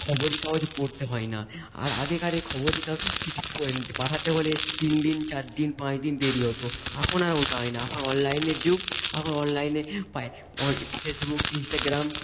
খবর কাগজ পড়তে হয় না আর আগেকারে খবর কা কিছু পয়েন পাঠাতে হলে তিন দিন চার দিন পাঁচ দিন দেরি হতো এখন আর ওটা হয় না এখন অনলাইনের যুগ এখন অনলাইনে পায় অন ফেসবুক ইনস্টাগ্রাম